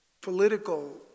political